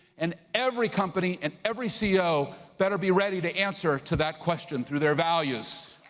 and every company and every ceo better be ready to answer to that question through their values.